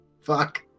Fuck